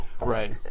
Right